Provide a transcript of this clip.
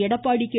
Edappadi K